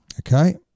Okay